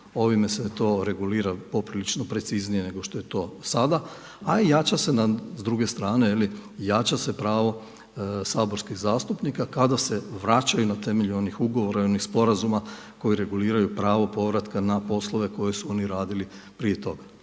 Ovime se to regulira poprilično preciznije nego što je to sada, a jača se s druge strane jača se pravo saborskih zastupnika kada se vraćaju na temelju onih ugovora i onih sporazuma koji reguliraju pravo povratka na poslove koje su oni radili prije toga.